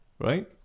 right